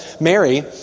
Mary